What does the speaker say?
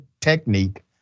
technique